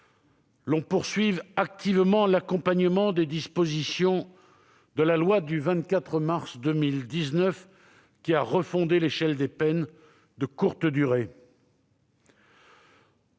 l'on poursuive activement l'accompagnement des dispositions de la loi du 23 mars 2019, qui a refondé l'échelle des peines, en